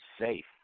safe